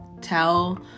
tell